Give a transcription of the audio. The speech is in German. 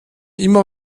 immer